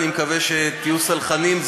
אני מקווה שתהיו סלחניים.